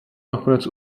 nakonec